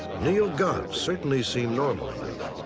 neil gott certainly seemed normal enough.